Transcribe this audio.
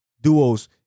duos